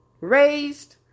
Raised